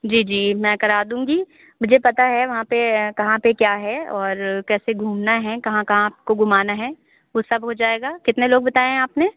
जी जी मैं करा दूँगी मुझे पता है वहाँ पे कहाँ पे क्या है और कैसे घूमना है कहाँ कहाँ आपको घुमाना है वो सब हो जाएगा कितने लोग बताए हैं आपने